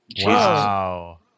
Wow